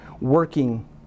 working